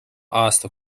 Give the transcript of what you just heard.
aasta